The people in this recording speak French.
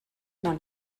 dans